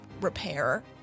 repair